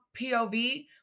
POV